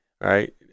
right